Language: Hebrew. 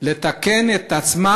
לתקן את עצמה,